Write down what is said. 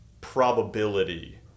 probability